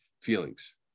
feelings